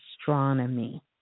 astronomy